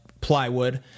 plywood